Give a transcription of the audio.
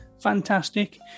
Fantastic